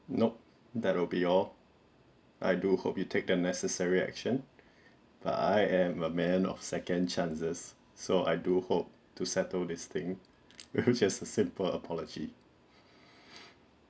nope that will be all I do hope you take the necessary action but I am a man of second chances so I do hope to settle this thing with just a simple apology